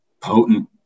potent